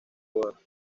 boda